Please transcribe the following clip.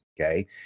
Okay